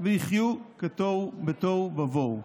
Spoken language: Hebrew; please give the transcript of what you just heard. ויחיו בתוהו ובוהו.